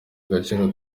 agaciro